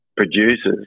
producers